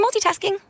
multitasking